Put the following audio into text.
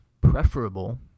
preferable